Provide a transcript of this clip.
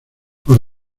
por